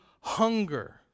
hunger